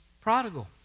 prodigal